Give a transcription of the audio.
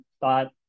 thought